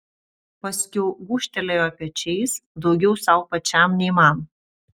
paskiau gūžtelėjo pečiais daugiau sau pačiam nei man